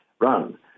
run